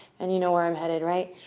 and you know where i'm headed. right?